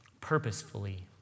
Purposefully